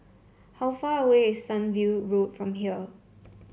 how far away is Sunview Road from here